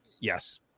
Yes